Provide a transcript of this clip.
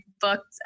booked